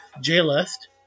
J-List